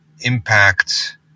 impact